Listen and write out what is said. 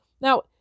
Now